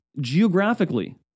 geographically